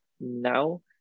now